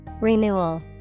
Renewal